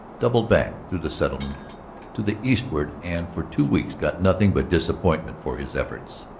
doubled back through the settlements to the eastward, and for two weeks got nothing but disappointment for his efforts.